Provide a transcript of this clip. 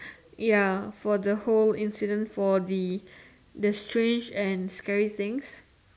ya for the whole incident for the strange and scary things